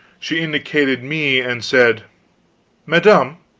she indicated me, and said madame,